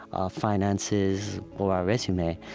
our finances, or our resume.